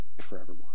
forevermore